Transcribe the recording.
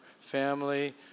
family